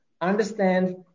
understand